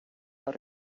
how